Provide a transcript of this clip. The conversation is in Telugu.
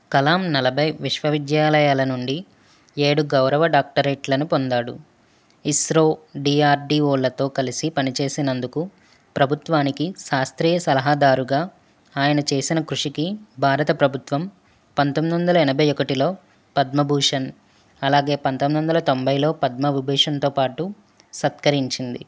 కలామ్ నలభై విశ్వవిద్యాలయాల నుండి ఏడు గౌరవ డాక్టరేట్లను పొందాడు ఇస్రో డిఆర్డీఓలతో కలిసి పనిచేసినందుకు ప్రభుత్వానికి శాస్త్రీయ సలహాదారుగా ఆయన చేసిన కృషికి భారత ప్రభుత్వం పంతొమ్మిది వందల ఎనభై ఒకటిలో పద్మభూషణ్ మరియు పంతొమ్మిది వందల తొంభైలో పద్మవిభూషణ్తో సత్కరించింది